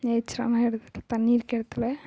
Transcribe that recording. நேச்சரான இடத்துக்கு தண்ணிருக்கிற இடத்துல